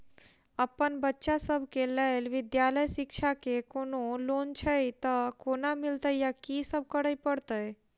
अप्पन बच्चा सब केँ लैल विधालय शिक्षा केँ कोनों लोन छैय तऽ कोना मिलतय आ की सब करै पड़तय